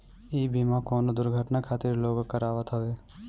इ बीमा कवनो दुर्घटना खातिर लोग करावत हवे